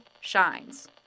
shines